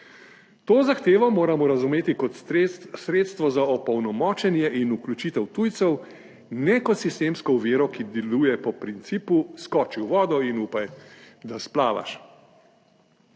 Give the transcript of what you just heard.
To zahtevo moramo razumeti kot sredstvo za opolnomočenje in vključitev tujcev, ne kot sistemsko oviro, ki deluje po principu skoči v vodo in upaj, da splavaš.